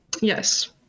Yes